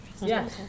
Yes